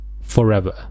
forever